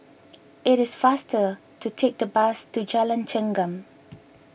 it is faster to take the bus to Jalan Chengam